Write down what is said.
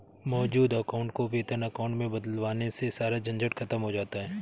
मौजूद अकाउंट को वेतन अकाउंट में बदलवाने से सारा झंझट खत्म हो जाता है